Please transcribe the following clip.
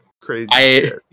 crazy